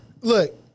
Look